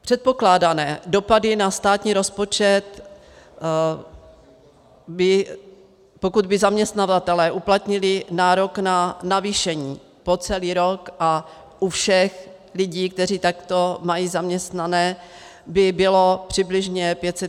Předpokládané dopady na státní rozpočet, pokud by zaměstnavatelé uplatnili nárok na navýšení po celý rok a u všech lidí, které takto mají zaměstnané, by byly přibližně 557 mil. Kč.